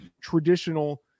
traditional